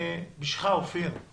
אופיר, בשבילך: